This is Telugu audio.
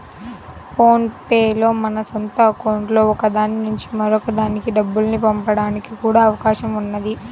ఫోన్ పే లో మన సొంత అకౌంట్లలో ఒక దాని నుంచి మరొక దానికి డబ్బుల్ని పంపడానికి కూడా అవకాశం ఉన్నది